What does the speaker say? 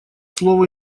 слово